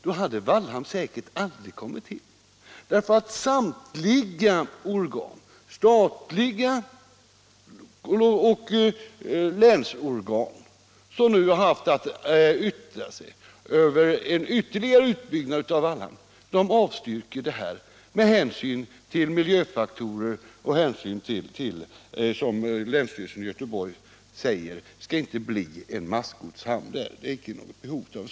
Då hade Wall = Nr 61 hamn säkerligen aldrig kommit till. Samtliga organ — statliga och på Tisdagen den länsplanet — som nu har haft att yttra sig över en ytterligare utbyggnad 1 februari 1977 av Wallhamn, avstyrker en sådan med hänsyn till miljöfaktorer. Man I menar, som länsstyrelsen i Göteborg också säger, att det inte finns något — Om ett planeringsbehov av en massgodshamn där.